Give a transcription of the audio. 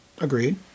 Agreed